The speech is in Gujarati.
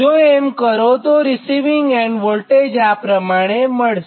જો એમ કરોરીસિવીંગ એન્ડ વોલ્ટેજ આ પ્રમાણે મળશે